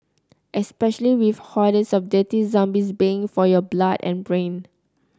especially with hordes of dirty zombies baying for your blood and brain